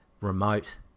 Remote